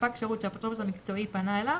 וספק שירות שהאפוטרופוס המקצועי פנה אליו,